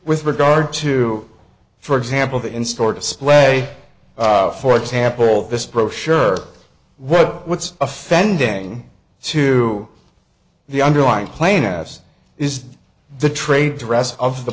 with regard to for example the in store display for example this procure what what's offending to the underlying plane as is the trade dress of the